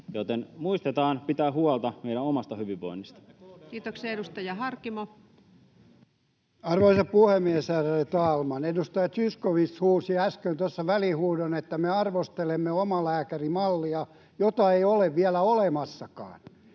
Joten muistetaan pitää huolta meidän omasta hyvinvoinnista. Kiitoksia. — Edustaja Harkimo. Arvoisa puhemies, ärade talman! Edustaja Zyskowicz huusi äsken tuossa välihuudon, että me arvostelemme omalääkärimallia, jota ei ole vielä olemassakaan.